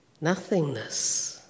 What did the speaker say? nothingness